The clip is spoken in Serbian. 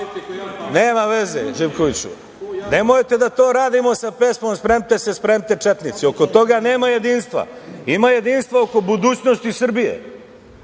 veze, Živkoviću. Nemojte da to radimo sa pesmom "Spremte se, spremte, četnici". Oko toga nema jedinstva. Ima jedinstva oko budućnosti Srbije